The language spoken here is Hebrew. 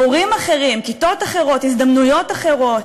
מורים אחרים, כיתות אחרות, הזדמנויות אחרות.